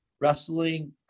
wrestling